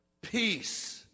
peace